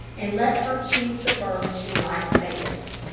and let her choose the bird she liked best.